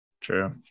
true